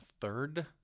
third